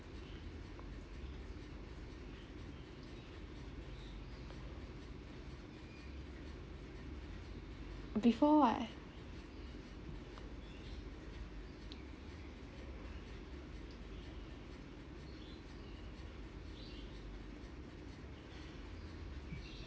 before I